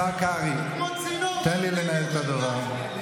השר קרעי, תן לי לנהל את הדבר.